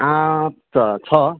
आँप त छ